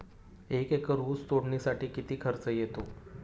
एक एकर ऊस तोडणीसाठी किती खर्च येतो?